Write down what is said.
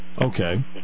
Okay